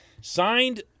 Signed